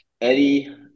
Eddie